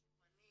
שוב,